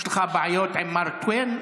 יש לך בעיות עם מארק טוויין,